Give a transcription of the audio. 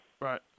Right